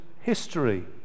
history